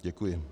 Děkuji.